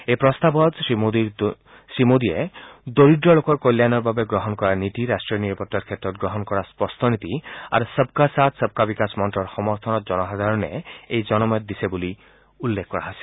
এই প্ৰস্তাৰখনত শ্ৰীমোদীৰ দৰিদ্ৰ লোকৰ কল্যাণৰ বাবে গ্ৰহণ কৰা নীতি ৰাষ্ট্ৰীয় নিৰাপত্তাৰ ক্ষেত্ৰত গ্ৰহণ কৰা স্পষ্ট নীতি আৰু সবকা সাথ সবকা বিকাশ মন্ত্ৰৰ সমৰ্থনত জনসাধাৰণে এই জনমত দিছে বুলি বৰ্ণনা কৰিছে